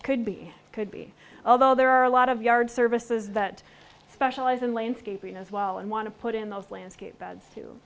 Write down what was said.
s could be could be although there are a lot of yard services that specialize in landscaping as well and want to put in those landscape bad too